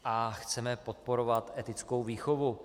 A chceme podporovat etickou výchovu.